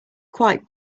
quite